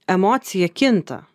emocija kinta